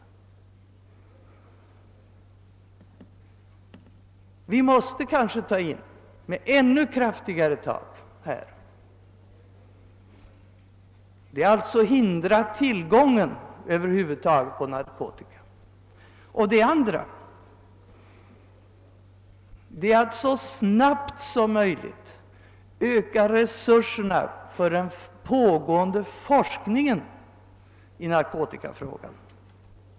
Vi måste med kanske ännu kraftigare tag gripa in för att stoppa tillgången till narkotika över huvud taget. Vi måste för det andra så snabbt som möjligt öka resurserna för den pågående forskningen i narkotikafrågan.